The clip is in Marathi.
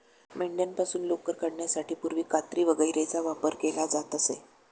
मेंढ्यांपासून लोकर काढण्यासाठी पूर्वी कात्री वगैरेचा वापर केला जात असे